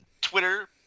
Twitter